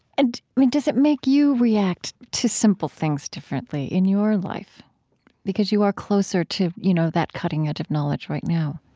and, i mean, does it make you react to simple things differently in your life because you are closer to, you know, that cutting edge of knowledge right now?